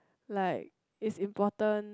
like is important